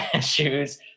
shoes